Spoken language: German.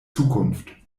zukunft